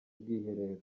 bwiherero